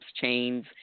chains